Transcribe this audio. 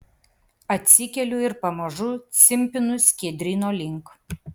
atsikeliu ir pamažu cimpinu skiedryno link